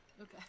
Okay